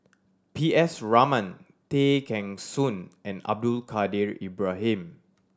P S Raman Tay Kheng Soon and Abdul Kadir Ibrahim